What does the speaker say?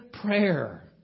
prayer